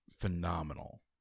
phenomenal